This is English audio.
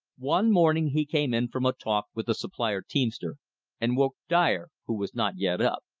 one morning he came in from a talk with the supply-teamster, and woke dyer, who was not yet up.